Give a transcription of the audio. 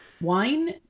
wine